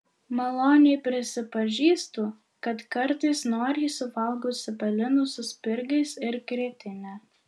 maloniai prisipažįstu kad kartais noriai suvalgau cepelinų su spirgais ir grietine